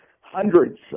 hundreds